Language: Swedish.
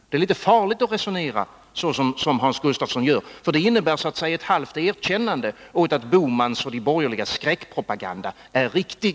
Det ärlitet farligt att resonera så som Hans Gustafsson gör, för det innebär så att säga ett halvt erkännande av att de borgerligas och Gösta Bohmans skräckpropaganda är riktig.